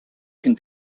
can